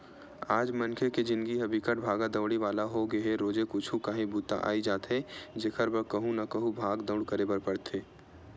आज मनखे के जिनगी ह बिकट भागा दउड़ी वाला होगे हे रोजे कुछु काही बूता अई जाथे जेखर बर कहूँ न कहूँ भाग दउड़ करे बर परथे